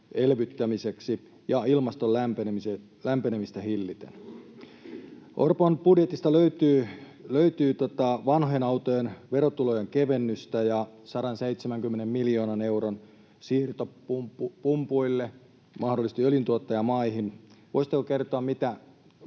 elvyttämiseksi ja ilmaston lämpenemistä hillitä. Orpon budjetista löytyy vanhojen autojen verojen kevennystä ja 170 miljoonan euron siirto pumpuille, mahdollisesti öljyntuottajamaihin.